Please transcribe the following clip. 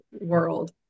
world